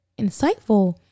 insightful